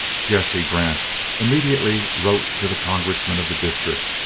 jesse grant immediately wrote to the congressman of the district,